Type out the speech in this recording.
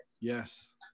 Yes